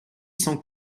cent